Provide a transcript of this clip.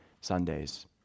sundays